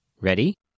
Ready